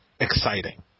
exciting